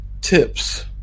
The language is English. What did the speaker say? tips